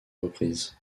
reprises